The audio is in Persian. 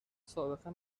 سابقه